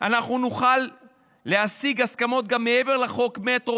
אנחנו נוכל להשיג הסכמות גם מעבר לחוק המטרו